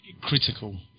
critical